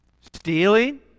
Stealing